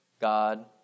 God